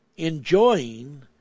enjoying